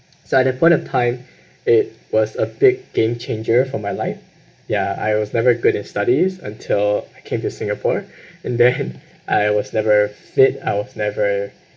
so at that point of time it was a big game changer for my life ya I was never good in studies until I came to singapore and then I was never fit I was never